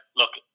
look